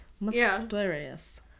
Mysterious